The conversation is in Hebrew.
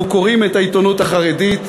אנחנו קוראים את העיתונות החרדית,